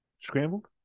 scrambled